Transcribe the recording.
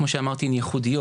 כמו שאמרתי הן ייחודיות.